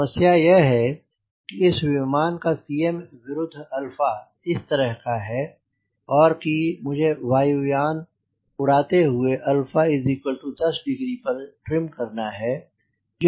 समस्या यह है कि इस विमान काCm विरुद्ध इस तरह का है और कि मुझे वायुयान को उड़ते हुए 10 डिग्री पर ट्रिम करना है